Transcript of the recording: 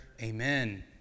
Amen